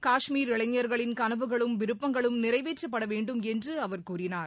காஷ்மீர் இளைஞர்களின் கனவுகளும் விருப்பங்களும் நிறைவேற்றப்படவேண்டும் என்று அவர் கூறினார்